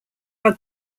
are